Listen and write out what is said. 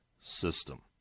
system